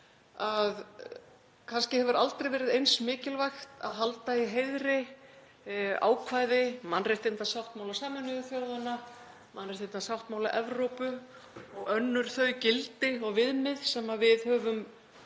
að kannski hefur aldrei verið eins mikilvægt að halda í heiðri ákvæði mannréttindasáttmála Sameinuðu þjóðanna, mannréttindasáttmála Evrópu og önnur þau gildi og viðmið sem við höfum,